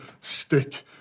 stick